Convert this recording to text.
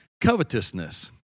covetousness